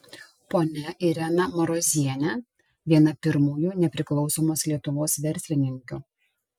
ponia irena marozienė viena pirmųjų nepriklausomos lietuvos verslininkių